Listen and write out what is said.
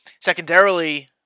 Secondarily